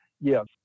yes